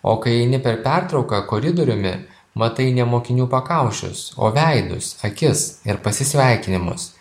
o kai eini per pertrauką koridoriumi matai ne mokinių pakaušius o veidus akis ir pasisveikinimus